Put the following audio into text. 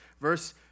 verse